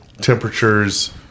temperatures